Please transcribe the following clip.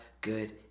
good